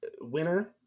winner